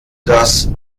das